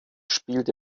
spielt